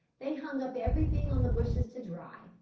they hung up everything on the bushes to dry,